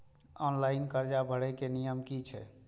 Online कर्जा भरे के नियम की छे?